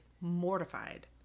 mortified